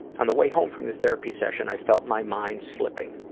on the way home from the therapy session i felt my mind slipping.